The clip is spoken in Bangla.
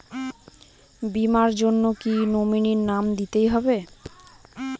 বীমার জন্য কি নমিনীর নাম দিতেই হবে?